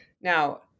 Now